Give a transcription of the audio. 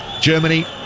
Germany